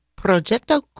Progetto